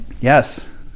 Yes